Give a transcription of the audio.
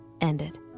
ended